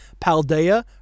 Paldea